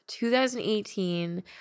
2018